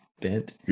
bent